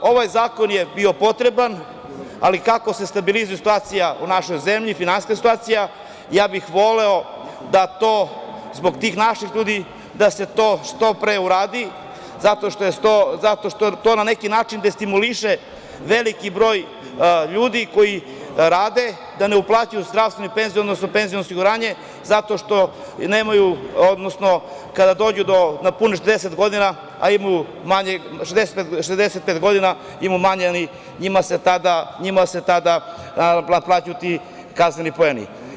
Ovaj zakon je bio potreban, ali kako se stabilizuje situacija u našoj zemlji finansijska situacija, ja bih voleo da to zbog tih naših ljudi da se to što pre uradi zato što to na neki način destimuliše veliki broj ljudi koji rade da ne uplaćuju zdravstveno i penziono osiguranje zato što nemaju, odnosno kada napune 65 godina, a imaju manje njima se tada naplaćuju ti kazneni poeni.